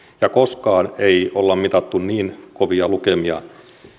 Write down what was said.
ja koskaan ei ole mitattu niin kovia lukemia